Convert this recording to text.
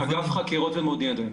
אגף חקירות ומודיעין.